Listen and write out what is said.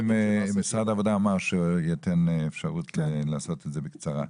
משרד העבודה אמר שהוא ייתן אפשרות לעשות את זה בקצרה.